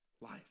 life